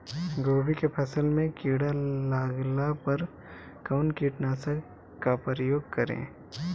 गोभी के फसल मे किड़ा लागला पर कउन कीटनाशक का प्रयोग करे?